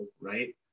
right